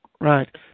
Right